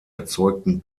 erzeugten